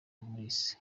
maurix